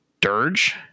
dirge